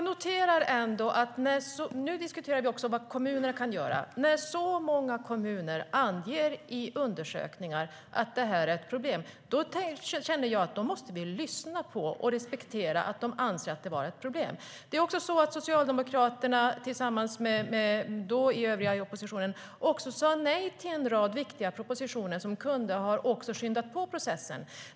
Herr talman! Vi diskuterar vad kommunerna kan göra. När så många kommuner anger i undersökningar att detta är ett problem måste vi lyssna på dem och respektera att de anser att det är ett problem. Socialdemokraterna sa tillsammans med de övriga i dåvarande oppositionen nej till en rad viktiga propositioner som kunde ha skyndat på processen.